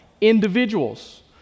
individuals